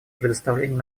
предоставлении